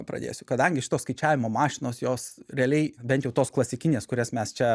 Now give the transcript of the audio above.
pradėsiu kadangi šitos skaičiavimo mašinos jos realiai bent jau tos klasikinės kurias mes čia